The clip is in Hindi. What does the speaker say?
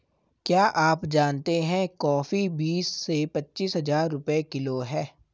क्या आप जानते है कॉफ़ी बीस से पच्चीस हज़ार रुपए किलो है?